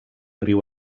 riu